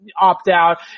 opt-out